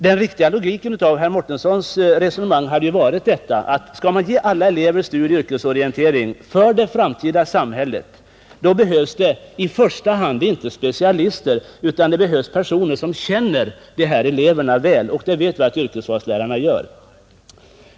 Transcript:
Den riktiga logiken i herr Mårtenssons resonemang hade ju varit att skall man ge alla elever studieoch yrkesorientering för det framtida samhället behövs det i första hand inte specialister utan personer som känner dessa elever väl, och det vet vi att yrkesvalslärarna gör.